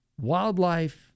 wildlife